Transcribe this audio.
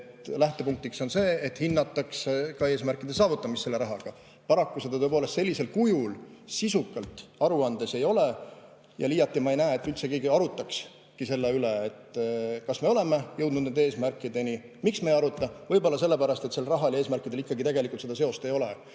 Lähtepunktiks on see, et hinnatakse ka eesmärkide saavutamist selle rahaga. Paraku seda tõepoolest sellisel kujul, sisukalt, aruandes ei ole. Liiati ma ei näe, et keegi üldse arutakski selle üle, kas me oleme jõudnud nende eesmärkideni. Miks me ei aruta? Võib-olla sellepärast, et sel rahal ja eesmärkidel ikkagi tegelikult seda seost ei ole,